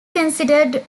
considered